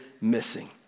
missing